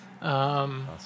Awesome